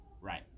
right